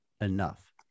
enough